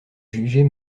juger